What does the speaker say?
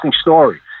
story